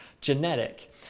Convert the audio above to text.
genetic